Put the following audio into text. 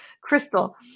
Crystal